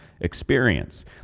experience